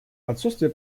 отсутствие